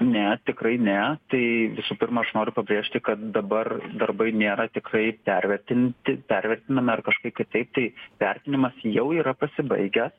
ne tikrai ne tai visų pirma aš noriu pabrėžti kad dabar darbai nėra tikai pervertinti pervertinami ar kažkaip kitaip tai vertinimas jau yra pasibaigęs